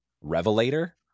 Revelator